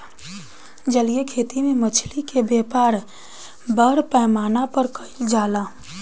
जलीय खेती में मछली के व्यापार बड़ पैमाना पर कईल जाला